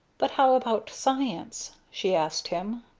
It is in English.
but how about science? she asked him.